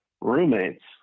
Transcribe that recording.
roommates